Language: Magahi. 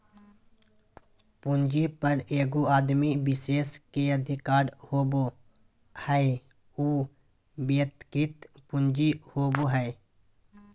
पूंजी पर एगो आदमी विशेष के अधिकार होबो हइ उ व्यक्तिगत पूंजी होबो हइ